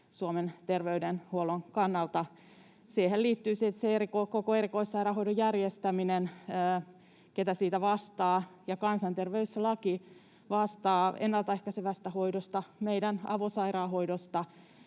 Suomen terveydenhuollon kannalta. Niihin liittyy koko erikoissairaanhoidon järjestäminen, se, kuka siitä vastaa. Kansanterveyslaki vastaa ennaltaehkäisevästä hoidosta, meidän avosairaanhoidosta.